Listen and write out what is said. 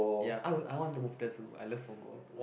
ya I would I want to move there too I love Punggol